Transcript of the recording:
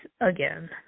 again